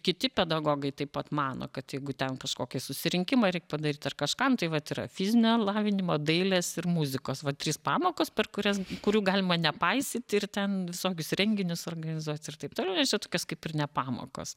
kiti pedagogai taip pat mano kad jeigu ten kažkokį susirinkimą reik padaryt ar kažką nu tai vat yra fizinio lavinimo dailės ir muzikos trys pamokos per kurias kurių galima nepaisyti ir ten visokius renginius organizuot ir taip toliau tokios kaip ir ne pamokos